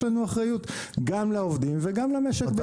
לנו אחריות גם לעובדים וגם למשק בישראל.